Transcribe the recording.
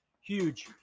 Huge